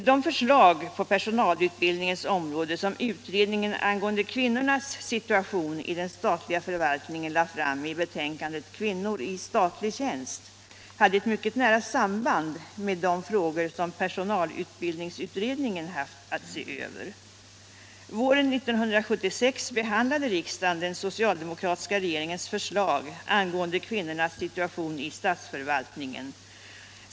De förslag på personalutbildningens område som utredningen angående kvinnornas situation i den statliga förvaltningen lade fram i betänkandet Kvinnor i statlig tjänst hade ett mycket nära samband med de frågor som personalutbildningsutredningen haft att se över. Våren 1976 behandlade riksdagen den socialdemokratiska regeringens förslag angående kvinnornas situation i statsförvaltningen.